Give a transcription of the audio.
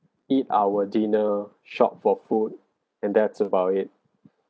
eat our dinner shop for food and that's about it